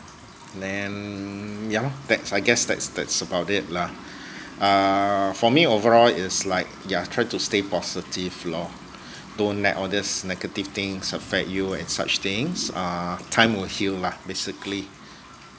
then yeah lor that's I guess that's that's about it lah uh for me overall is like yeah try to stay positive lor don't let all these negative things affect you and such things uh time will heal lah basically